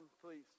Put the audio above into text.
please